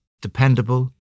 dependable